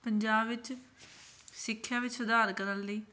ਪੰਜਾਬ ਵਿੱਚ ਸਿੱਖਿਆ ਵਿੱਚ ਸੁਧਾਰ ਕਰਨ ਲਈ